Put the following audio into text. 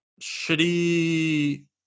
shitty